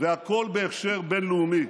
והכול בהכשר בין-לאומי.